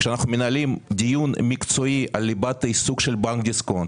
כשאנחנו מנהלים דיון מקצועי על ליבת העיסוק של בנק דיסקונט